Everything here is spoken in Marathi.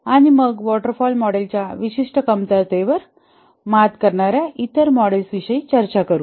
आणि मग आपण वॉटर फॉल मॉडेलच्या विशिष्ट कमतरतेवर मात करणार्या इतर मॉडेल्स विषयी चर्चा करू